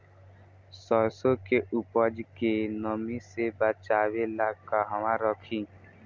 सरसों के उपज के नमी से बचावे ला कहवा रखी?